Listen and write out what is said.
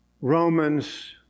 Romans